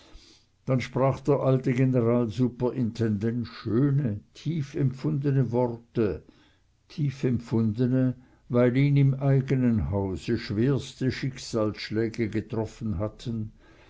dann sprach der alte generalsuperintendent schöne tiefempfundene worte tiefempfundene weil ihn im eigenen hause schwerste schicksalsschläge getroffen hatten